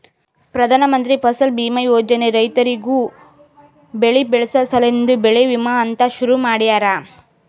ಪ್ರಧಾನ ಮಂತ್ರಿ ಫಸಲ್ ಬೀಮಾ ಯೋಜನೆ ರೈತುರಿಗ್ ಬೆಳಿ ಬೆಳಸ ಸಲೆಂದೆ ಬೆಳಿ ವಿಮಾ ಅಂತ್ ಶುರು ಮಾಡ್ಯಾರ